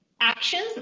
actions